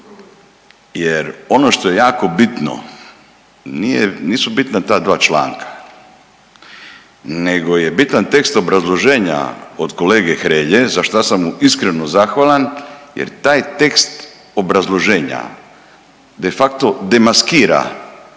jer ono što je jako bitno nije, nisu bitna ta dva članka nego je bitan tekst obrazloženja od kolege Hrelje za šta sam mu iskreno zahvalan jer taj tekst obrazloženja de facto demaskira